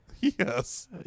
yes